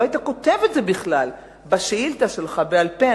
לא היית כותב את זה בכלל בשאילתא שלך בעל-פה.